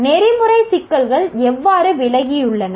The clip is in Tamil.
நெறிமுறை சிக்கல்கள் எவ்வாறு விலகியுள்ளன